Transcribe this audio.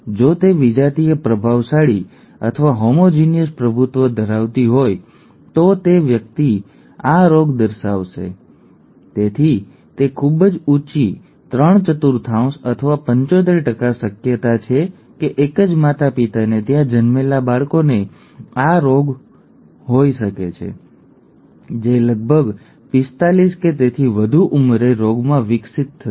જો તે વિજાતીય પ્રભાવશાળી અથવા હોમોઝિગસ પ્રભુત્વ ધરાવતી હોય તો તે વ્યક્તિ આ રોગ દર્શાવશે તેથી તે ખૂબ જ ઊંચી ત્રણ ચતુર્થાંશ અથવા 75 શક્યતા છે કે એક જ માતા પિતાને ત્યાં જન્મેલા બાળકને હન્ટિંગ્ટનનો રોગ હન્ટિંગ્ટનનો જનીન જે લગભગ 45 કે તેથી વધુ ઉંમરે રોગમાં વિકસિત થશે